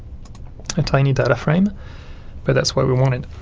a tiny data frame but that's what we wanted.